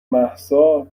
مهسا